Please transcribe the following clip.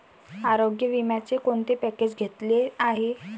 आरोग्य विम्याचे कोणते पॅकेज घेतले आहे?